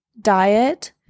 diet